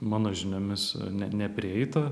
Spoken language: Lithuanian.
mano žiniomis ne neprieita